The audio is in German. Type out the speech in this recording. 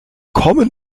kommen